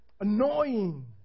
Annoying